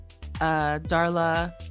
Darla